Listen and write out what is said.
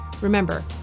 remember